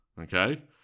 okay